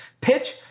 Pitch